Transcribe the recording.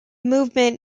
movement